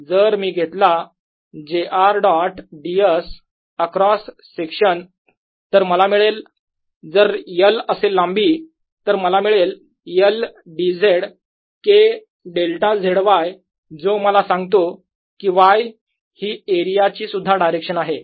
जर मी घेतला j r dot ds across section तर मला मिळेल जर L असेल लांबी तर मला मिळेल L dz K delta Z y जो मला सांगतो कि y हि एरिया ची सुद्धा डायरेक्शन आहे